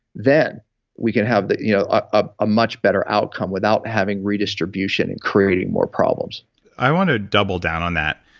then we can have a you know ah ah much better outcome without having redistribution and creating more problems i want to double down on that.